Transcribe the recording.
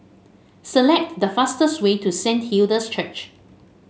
select the fastest way to Saint Hilda's Church